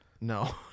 No